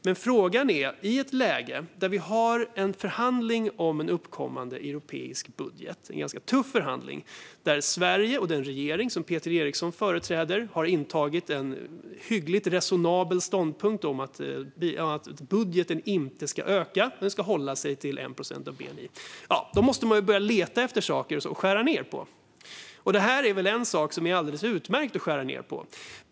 Men nu befinner vi oss i ett läge där vi har en förhandling om en kommande europeisk budget, en ganska tuff förhandling där Sverige och den regering som Peter Eriksson företräder har intagit en hyggligt resonabel ståndpunkt som går ut på att budgeten inte ska öka utan hållas till 1 procent av bni. Då måste man börja leta efter saker att skära ned på. Det här är väl en sak som är alldeles utmärkt att skära ned på?